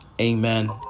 amen